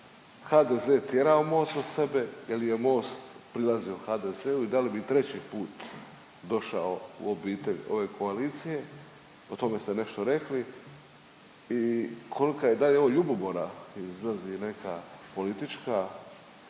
HDZ tjerao Most od sebe ili je Most prilazio HDZ-u i da li bi treći put došao u obitelj ove koalicije? O tome ste nešto rekli i kolika je, da li je ovo ljubomora izlazi neka politička